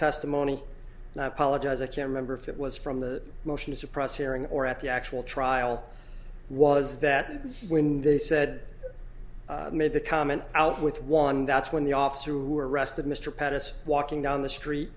testimony and i apologize i can't remember if it was from the motion to suppress hearing or at the actual trial was that when they said i made the comment out with one that's when the officer who arrested mr pettus walking down the street